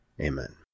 Amen